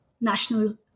national